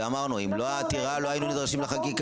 ואמרנו: אם לא הייתה העתירה לא היינו נדרשים לחקיקה.